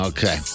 Okay